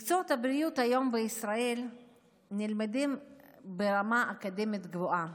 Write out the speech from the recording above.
מקצועות הבריאות נלמדים היום בישראל ברמה אקדמית גבוהה.